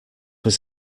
was